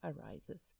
arises